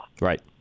Right